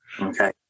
okay